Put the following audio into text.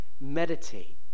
meditate